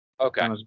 okay